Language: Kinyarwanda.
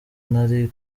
nari